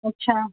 अच्छा